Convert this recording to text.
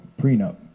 prenup